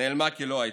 נעלמו כלא היו.